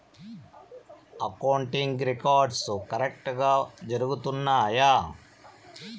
accounting records కరెక్టుగా జరుగుతున్నాయా